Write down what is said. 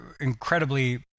incredibly